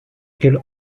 killed